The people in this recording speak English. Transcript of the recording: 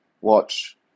Watch